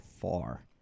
far